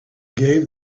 gave